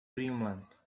dreamland